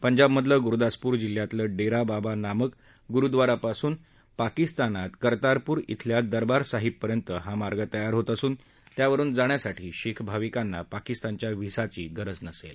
पंजाबमधलं गुरुदासपूर जिल्ह्यांतलं डेरा बाबा नानक गुरुद्वारापासून पाकिस्तानात कर्तारपूर इथल्या दरबार साहिब पर्यंत हा मार्ग तयार होत असून त्यावरुन जाण्यासाठी शीख भाविकांना पाकिस्तानच्या व्हिसाची गरज नसेल